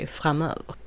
framöver